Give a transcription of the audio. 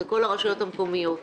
זה כל הרשויות המקומיות.